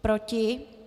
Proti?